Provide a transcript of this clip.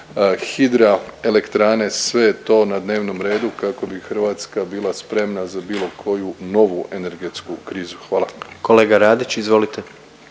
hidraelektrane sve je to na dnevnom redu kako bi Hrvatska bila spremna za bilo koju novu energetsku krizu. Hvala. **Jandroković,